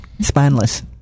spineless